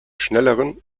schnelleren